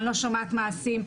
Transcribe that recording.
אני לא שומעת מעשים.